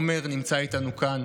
עומר נמצא איתנו כאן